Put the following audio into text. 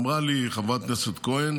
אמרה לי חברת הכנסת כהן